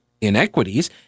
inequities